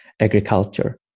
agriculture